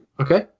Okay